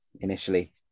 initially